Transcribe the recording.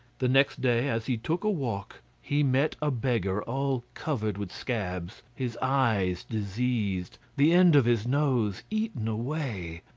the next day, as he took a walk, he met a beggar all covered with scabs, his eyes diseased, the end of his nose eaten away,